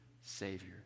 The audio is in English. savior